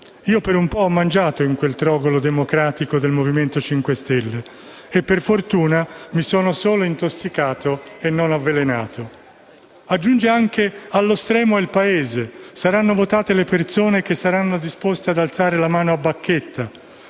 Io per un po' ho mangiato in quel trogolo democratico del Movimento 5 Stelle e per fortuna mi sono solo intossicato e non avvelenato a morte. Egli ha anche aggiunto che il Paese è allo stremo, che saranno votate le persone che saranno disposte ad alzare la mano a bacchetta